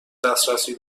دسترسی